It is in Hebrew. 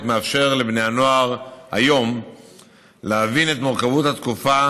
מאפשרים לבני הנוער היום להבין את מורכבות התקופה